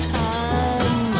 time